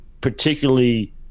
particularly –